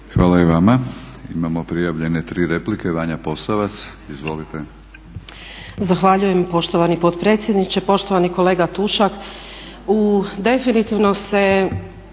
Hvala i vama. Imamo prijavljene tri replike, Vanja Posavac. Izvolite.